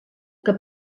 que